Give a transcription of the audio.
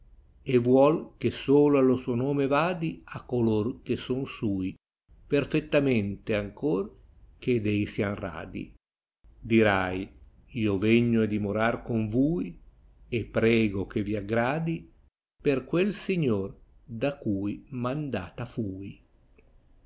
prova vuol che solo allo suo nome vadi a color che son sui perfettamente ancor cbed ei sian radi dirai io vegno a dimorar con vui prego che vi aggradi per quel signor da cui mandata fui